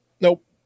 Nope